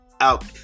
Out